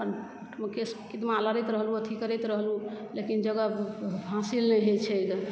अपन केस मुकदमा लड़ैत रहलहुँ अथी करैत रहलहुँ लेकिन जगह हासिल नहि होइ छै गे